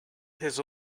his